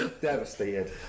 Devastated